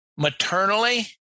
Maternally